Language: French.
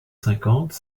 cinquante